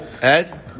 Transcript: Ed